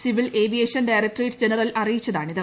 civil aviation directorate general അറിയിച്ചതാണിത്